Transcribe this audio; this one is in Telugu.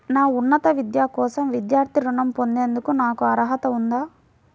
నా ఉన్నత విద్య కోసం విద్యార్థి రుణం పొందేందుకు నాకు అర్హత ఉందా?